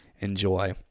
enjoy